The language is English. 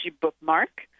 bookmark